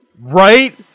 Right